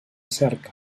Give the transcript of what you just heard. cerca